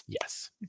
yes